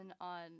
on